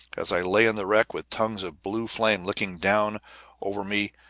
as i lay in the wreck, with tongues of blue flames licking down over me.